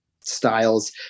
styles